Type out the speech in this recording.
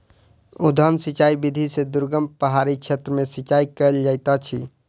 उद्वहन सिचाई विधि से दुर्गम पहाड़ी क्षेत्र में सिचाई कयल जाइत अछि